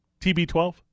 TB12